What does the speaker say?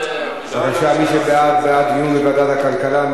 בבקשה, מי שבעד, בעד דיון בוועדת הכלכלה.